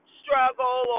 struggle